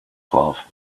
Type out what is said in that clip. glove